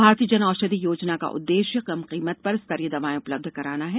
भारतीय जन औषधि योजना का उद्देश्य कम कीमत पर स्तरीय दवाए उपलब्ध कराना है